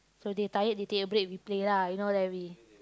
so they tired they take break we play lah you know then we